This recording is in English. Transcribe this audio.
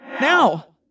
Now